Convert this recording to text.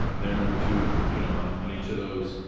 and they're number two you know on on each of those.